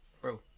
Bro